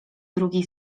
drugi